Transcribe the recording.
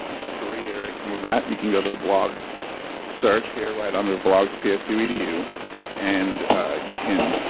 just to reiterate, some of that, you can go to the blog search here right under blogs psu edu and you can